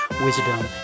wisdom